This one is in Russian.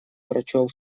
прочел